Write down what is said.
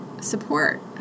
support